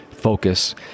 focus